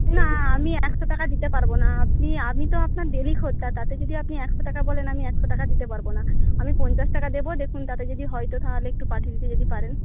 না আমি একশো টাকা দিতে পারবো না আপনি আমি তো আপনার ডেইলি খদ্দের তাতে যদি আপনি একশো টাকা বলেন আমি একশো টাকা দিতে পারবো না আমি পঞ্চাশ টাকা দেব দেখুন তাতে যদি হয় তো তাহলে একটু পাঠিয়ে দিতে যদি পারেন